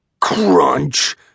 Crunch